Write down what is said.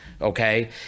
okay